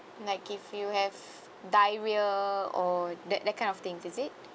like if you have diarrhea or that that kind of things is it